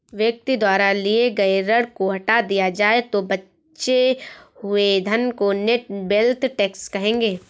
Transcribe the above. व्यक्ति द्वारा लिए गए ऋण को हटा दिया जाए तो बचे हुए धन को नेट वेल्थ टैक्स कहेंगे